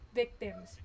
victims